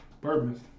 Bourbons